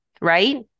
right